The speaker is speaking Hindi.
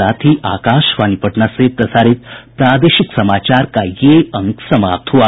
इसके साथ ही आकाशवाणी पटना से प्रसारित प्रादेशिक समाचार का ये अंक समाप्त हुआ